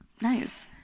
nice